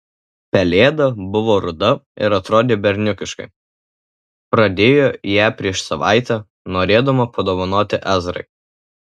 pelėda buvo ruda ir atrodė berniukiškai pradėjo ją prieš savaitę norėdama padovanoti ezrai